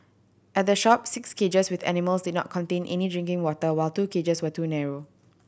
at the shop six cages with animals did not contain any drinking water while two cages were too narrow